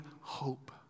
hope